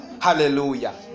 Hallelujah